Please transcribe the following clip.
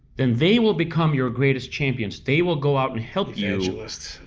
and they will become your greatest champions. they will go out and help you evangelists,